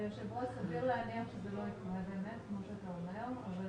היושב ראש, זה לא יקרה, כמו שאתה אומר, אבל